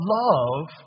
love